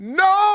no